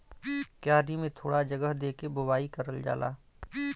क्यारी में थोड़ा जगह दे के बोवाई करल जाला